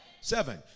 Seven